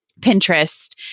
Pinterest